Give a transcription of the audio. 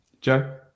joe